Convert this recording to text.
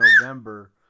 November